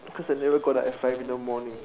cause I never go down at five in the morning